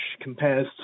compares